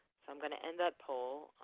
i am going to end that poll.